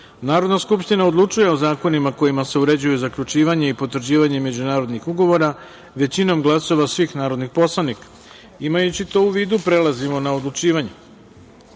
Narodna skupština odlučuje o zakonima kojima se uređuju zaključivanje i potvrđivanje međunarodnih ugovora, većinom glasova svih narodnih poslanika. Imajući to u vidu, prelazimo na odlučivanje. Prelazimo